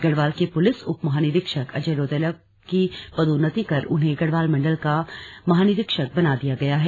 गढ़वाल के पुलिस उप महानिरीक्षक अजय रौतेला की पदोन्नति कर उन्हें गढ़वाल मंडल का महानिरीक्षक बना दिया गया है